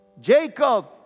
Jacob